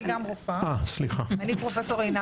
אני גם רופאה, אני פרופ' עינת פז.